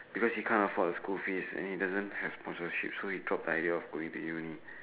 because he can't afford school fees and he doesn't have so he dropped the idea of going to uni